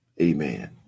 amen